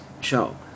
show